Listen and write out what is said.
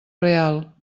real